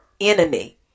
enemy